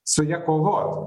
su ja kovot